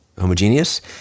homogeneous